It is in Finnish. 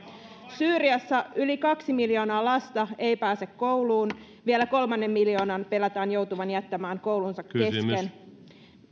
syyriassa yli kaksi miljoonaa lasta ei pääse kouluun vielä kolmannen miljoonan pelätään joutuvan jättämään koulunsa kesken